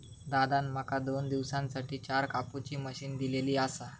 दादान माका दोन दिवसांसाठी चार कापुची मशीन दिलली आसा